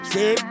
See